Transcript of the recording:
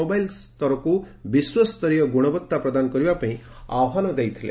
mobile ସ୍ତରକୁ ବିଶ୍ୱସ୍ତରୀୟ ଗୁଣବତ୍ତା ପ୍ରଦାନ କରିବା ପାଇଁ ଆହ୍ୱାନ କରିଛନ୍ତି